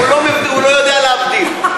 הוא לא יודע להבדיל.